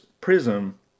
prism